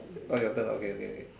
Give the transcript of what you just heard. orh your turn oh okay okay